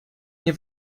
nie